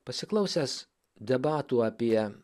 pasiklausęs debatų apie